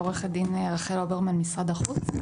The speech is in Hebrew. עו"ד רחל אוברמן ממשרד החוץ.